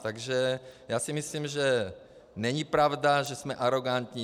Takže já si myslím, že není pravda, že jsme arogantní.